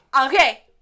Okay